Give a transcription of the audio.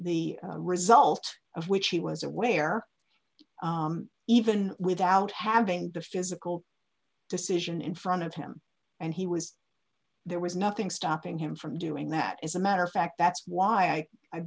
results of which he was aware even without having the physical decision in front of him and he was there was nothing stopping him from doing that as a matter of fact that's why i i